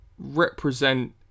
represent